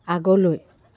আগলৈ